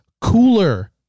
cooler